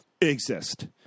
exist